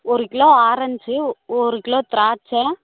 ஒரு kilo orange ஒரு kilo திராட்சை